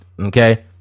Okay